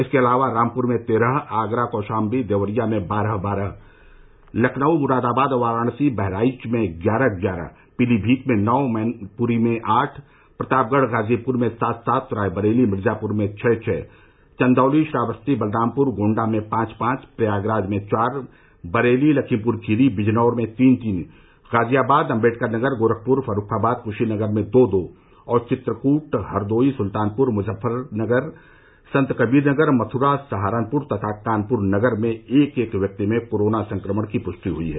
इसके अलावा रामपुर में तेरह आगरा कौशाम्बी देवरिया में बारह बारह लखनऊ मुरादाबाद वाराणसी बहराइच में ग्यारह ग्यारह पीलीमीत में नौ मैनपुरी में आठ प्रतापगढ़ गाजीपुर में सात सात रायबरेली मिर्जापुर में छः छः चन्दौली श्रावस्ती बलरामपुर गोण्डा में पांच पांच प्रयागराज में चार बरेली लखीमपुरखीरी बिजनौर में तीन तीन गाजियाबाद अम्बेडकरनगर गोरखपुर फर्रुखाबाद क्शीनगर में दो दो और चित्रकूट हरदोई सुल्तानपुर मुजफ्फरनगर संतकबीरनगर मथु्रा सहारनपुर तथा कानपुरनगर में एक एक व्यक्ति में कोरोना संक्रमण की पुष्टि हुई है